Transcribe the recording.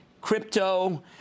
crypto